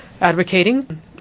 advocating